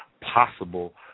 possible